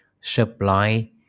supply